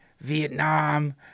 Vietnam